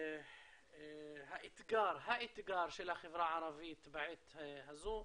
האתגר של החברה הערבית בעת הזו,